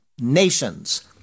nations